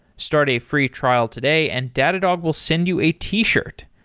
start a free trial today and datadog will send you a t-shirt.